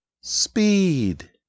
Speed